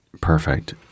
Perfect